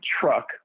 truck